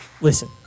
Listen